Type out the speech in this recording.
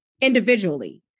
individually